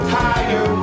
higher